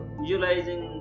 visualizing